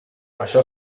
això